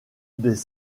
des